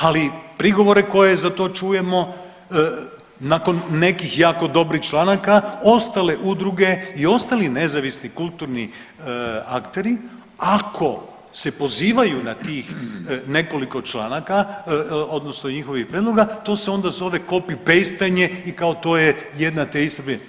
Ali prigovore koje za to čujemo nakon nekih jako dobrih članaka ostale udruge i ostali nezavisni kulturni akteri ako se pozivaju na tih nekoliko članaka odnosno njihovih prijedloga to se onda zove copy paste i kao to je jedna te ista primjedba.